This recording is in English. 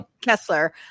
Kessler